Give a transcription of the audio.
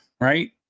right